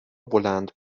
بلند